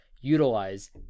utilize